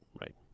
Right